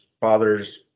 father's